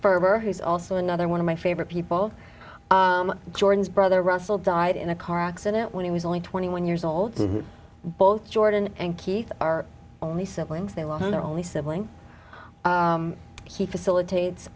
ferber who's also another one of my favorite people jordan's brother russell died in a car accident when he was only twenty one years old both jordan and keith are only siblings they were her only sibling he facilitates